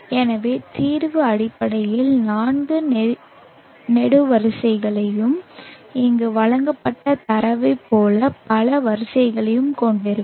எனவே தீர்வு அடிப்படையில் நான்கு நெடுவரிசைகளையும் இங்கு வழங்கப்பட்ட தரவைப் போல பல வரிசைகளையும் கொண்டிருக்கும்